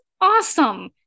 awesome